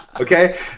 okay